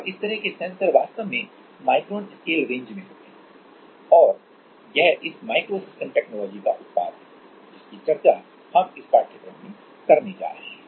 और इस तरह के सेंसर वास्तव में माइक्रोन स्केल रेंज में होते हैं और यह इस माइक्रो सिस्टम टेक्नोलॉजी का उत्पाद है जिसकी चर्चा हम इस पाठ्यक्रम में करने जा रहे हैं